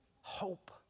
Hope